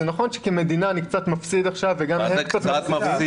אז נכון כמדינה אני קצת מפסיד עכשיו --- מה זה "קצת מפסיד"?